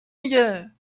میگه